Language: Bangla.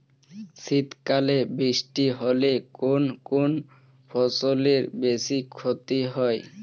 শীত কালে বৃষ্টি হলে কোন কোন ফসলের বেশি ক্ষতি হয়?